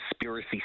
conspiracy